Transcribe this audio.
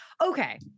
Okay